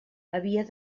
havia